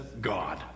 God